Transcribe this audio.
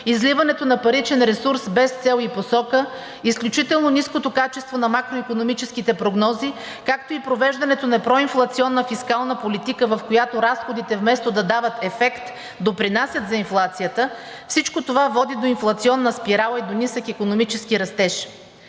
изливането на паричен ресурс без цел и посока, изключително ниското качество на макроикономическите прогнози, както и провеждането на проинфлационна фискална политика, в която разходите вместо да дават ефект, допринасят за инфлацията, всичко това води до инфлационна спирала и до нисък икономически растеж.